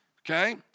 okay